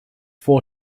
four